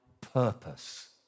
purpose